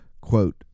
quote